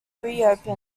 reopened